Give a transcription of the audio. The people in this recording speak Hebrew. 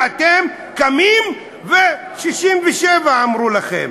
ואתם קמים, ו-67, אמרו לכם.